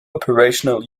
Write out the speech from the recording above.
operational